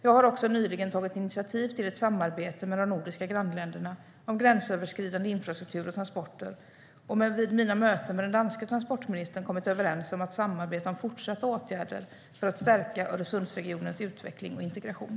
Jag har också nyligen tagit initiativ till ett samarbete med de nordiska grannländerna om gränsöverskridande infrastruktur och transporter och vid mina möten med den danske transportministern kommit överens om att samarbeta om fortsatta åtgärder för att stärka Öresundsregionens utveckling och integration.